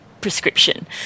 prescription